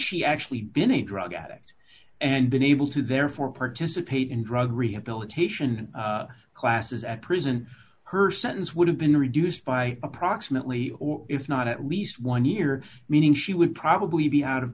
she actually been a drug addict and been able to therefore participate in drug rehabilitation classes at prison her sentence would have been reduced by approximately zero if not at least one year meaning she would probably be out of